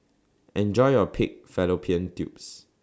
Enjoy your Pig Fallopian Tubes